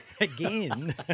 Again